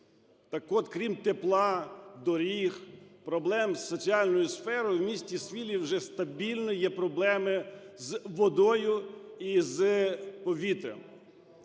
Так от, крім тепла, доріг, проблем з соціальною сферою, в місті Смілі вже стабільно є проблеми з водою і з повітрям.